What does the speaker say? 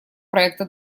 проекта